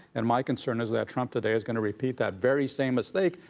and my concern is that trump today, is going to repeat that very same mistake,